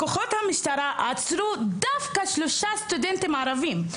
כוחות המשטרה עצרו דווקא שלושה סטודנטים ערבים.